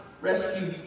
rescue